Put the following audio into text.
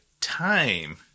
time